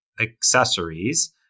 accessories